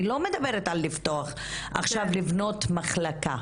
אני לא מדברת עכשיו על לבנות מחלקה.